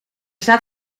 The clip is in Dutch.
staat